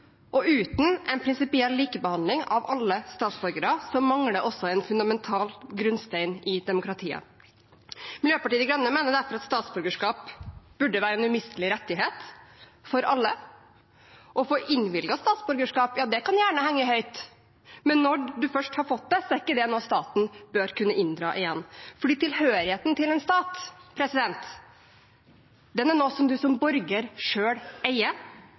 og uten en prinsipiell likebehandling av alle statsborgere mangler også en fundamental grunnstein i demokratiet. Miljøpartiet De Grønne mener derfor at statsborgerskap burde være en umistelig rettighet for alle. Å få innvilget statsborgerskap kan gjerne henge høyt, men når man først har fått det, er det ikke noe staten bør kunne inndra igjen, for tilhørigheten til en stat er noe man som borger selv eier,